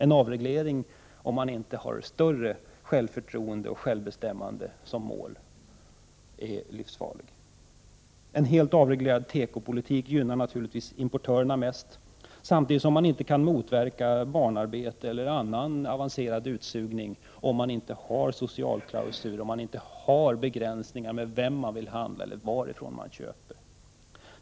En avreglering är livsfarlig, om man inte har större självbestämmande som mål. En helt avreglerad tekopolitik gynnar naturligtvis importörerna mest, samtidigt som man inte kan motverka barnarbete och annan avancerad utsugning, om man inte har socialklausuler eller begränsningar om varifrån man köper och vem man vill handla med.